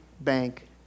bank